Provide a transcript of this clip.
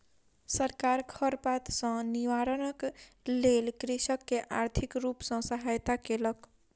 सरकार खरपात सॅ निवारणक लेल कृषक के आर्थिक रूप सॅ सहायता केलक